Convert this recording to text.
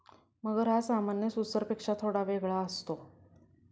मगर हा सामान्य सुसरपेक्षा थोडा वेगळा असतो